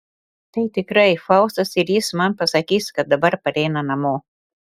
tai tikrai faustas ir jis man pasakys kad dabar pareina namo